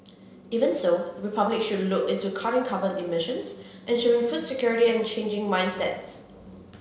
even so Republic should look into cutting carbon emissions ensuring food security and changing mindsets